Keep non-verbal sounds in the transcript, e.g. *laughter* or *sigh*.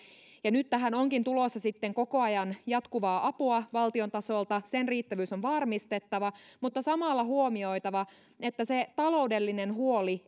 ja nyt tähän onkin tulossa sitten koko ajan jatkuvaa apua valtion tasolta sen riittävyys on varmistettava mutta samalla huomioitava että se taloudellinen huoli *unintelligible*